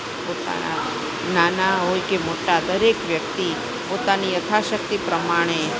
પોતાના નાના હોય કે મોટા દરેક વ્યક્તિ પોતાની યથાશક્તિ પ્રમાણે